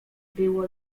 było